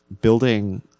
building